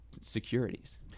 securities